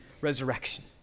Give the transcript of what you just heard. resurrection